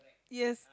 yes